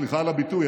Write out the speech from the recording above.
סליחה על הביטוי,